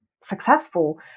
successful